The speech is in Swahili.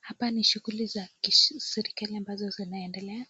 Hapa ni shughuli ya kiserikali ambazo zinaendelea